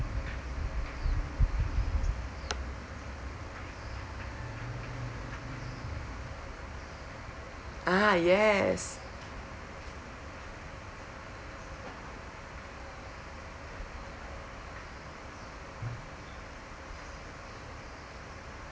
ah yes